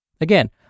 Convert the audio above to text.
Again